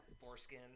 foreskin